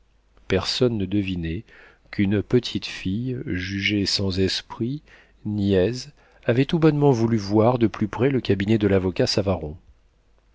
personne ne devinait qu'une petite fille jugée sans esprit niaise avait tout bonnement voulu voir de plus près le cabinet de l'avocat savaron